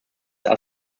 are